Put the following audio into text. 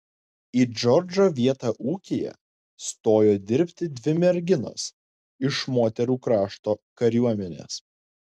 į džordžo vietą ūkyje stojo dirbti dvi merginos iš moterų krašto kariuomenės